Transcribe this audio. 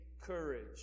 courage